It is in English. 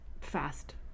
fast